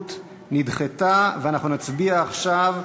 ניצן הורוביץ,